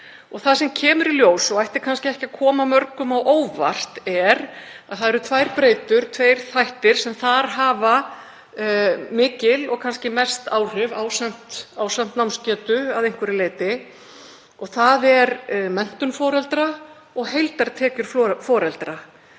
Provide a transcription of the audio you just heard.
Það sem kemur í ljós og ætti kannski ekki að koma mörgum á óvart er að það eru tvær breytur, tveir þættir sem þar hafa mikil og kannski mest áhrif ásamt námsgetu að einhverju leyti. Það er menntun foreldra og heildartekjur foreldra.